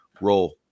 roll